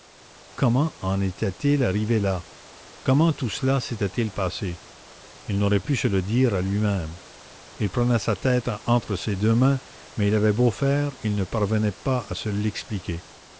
comment en était-il arrivé là comment tout cela s'était-il passé il n'aurait pu se le dire à lui-même il prenait sa tête entre ses deux mains mais il avait beau faire il ne parvenait pas à se l'expliquer